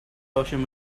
ocean